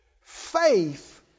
Faith